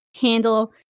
handle